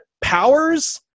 powers